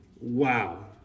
Wow